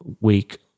week